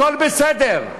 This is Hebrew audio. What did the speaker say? הכול בסדר.